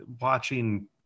watching